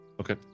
Okay